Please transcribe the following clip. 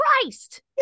christ